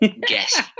guess